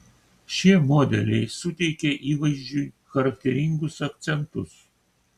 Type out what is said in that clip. šie modeliai suteikia įvaizdžiui charakteringus akcentus